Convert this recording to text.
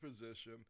position